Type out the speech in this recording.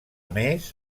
més